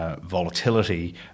volatility